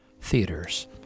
Theaters